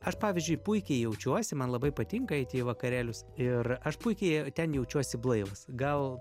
aš pavyzdžiui puikiai jaučiuosi man labai patinka eiti į vakarėlius ir aš puikiai ten jaučiuosi blaivas gal